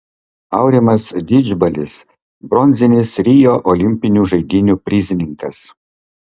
aurimas didžbalis bronzinis rio olimpinių žaidynių prizininkas